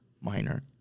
Minor